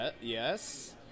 Yes